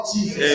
Jesus